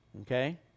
Okay